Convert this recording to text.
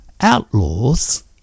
outlaws